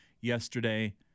yesterday